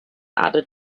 added